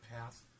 path